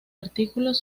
artículos